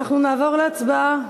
נעבור להצבעה.